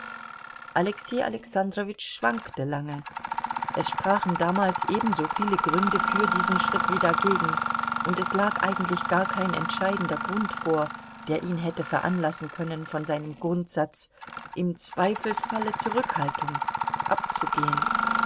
alexei alexandrowitsch schwankte lange es sprachen damals ebenso viele gründe für diesen schritt wie dagegen und es lag eigentlich gar kein entscheidender grund vor der ihn hätte veranlassen können von seinem grundsatz im zweifelsfalle zurückhaltung abzugehen